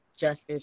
justice